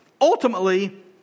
Ultimately